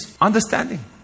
understanding